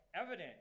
evident